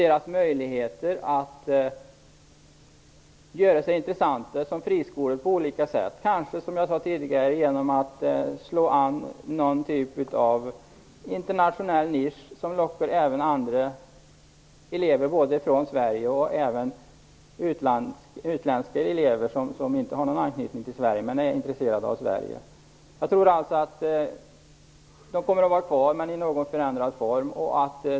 De har ju möjligheter att göra sig intressanta som friskolor på olika sätt, kanske - som jag tidigare sade - genom att slå an någon typ av internationell nisch som lockar även andra elever, både utlandssvenska barn och utländska elever som inte har någon anknytning till Sverige men som är intresserade av vårt land. Jag tror att riksinternaten kommer att vara kvar men i en något förändrad form.